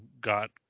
got